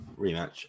rematch